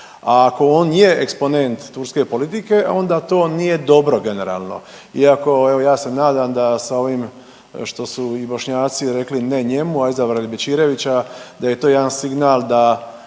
ako on je eksponent turske politike onda to nije dobro generalno i ako evo ja se nadam da sa ovim što su i Bošnjaci rekli ne njemu, a izabrali Bećirevića da je to jedan signal da